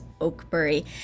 Oakbury